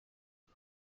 und